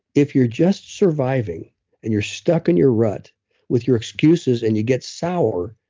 if you're just surviving and you're stuck in your rut with your excuses and you get sour,